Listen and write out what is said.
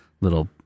little